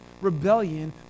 rebellion